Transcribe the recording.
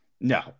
No